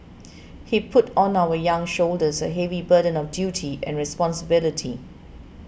he put on our young shoulders a heavy burden of duty and responsibility